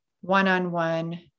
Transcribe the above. one-on-one